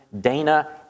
Dana